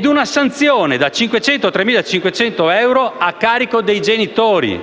con una sanzione da 500 a 3.500 euro a carico dei genitori.